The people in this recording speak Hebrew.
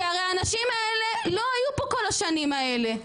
כי הרי האנשים האלה לא היו פה כל השנים האלה.